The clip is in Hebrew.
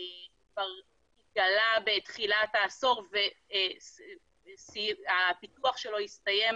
התגלה בתחילת העשור והפיתוח שלו הסתיים